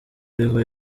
ariho